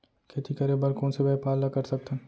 खेती करे बर कोन से व्यापार ला कर सकथन?